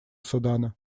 судана